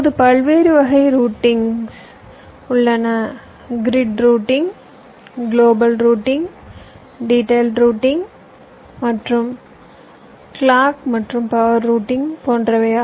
இப்போது பல்வேறு வகை ரூட்டிங்ஸ் உள்ளன grid routing global routing detailed routing clock மற்றும் பவர் ரூட்டிங் போன்றவை